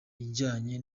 ijyanye